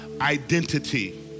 identity